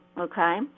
okay